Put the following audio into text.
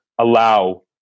allow